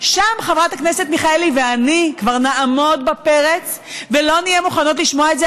שם חברת הכנסת מיכאלי ואני כבר נעמוד בפרץ ולא נהיה מוכנות לשמוע את זה,